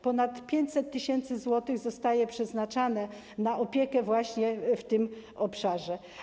Ponad 500 tys. zł jest przeznaczane na opiekę właśnie w tym obszarze.